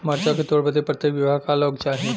मरचा के तोड़ बदे प्रत्येक बिगहा क लोग चाहिए?